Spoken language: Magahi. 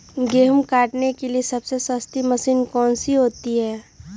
गेंहू काटने के लिए सबसे सस्ती मशीन कौन सी होती है?